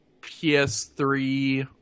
PS3